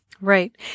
Right